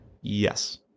Yes